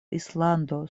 islando